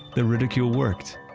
the ridicule worked.